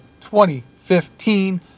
2015